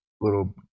little